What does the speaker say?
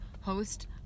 host